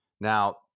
Now